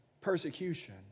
Persecution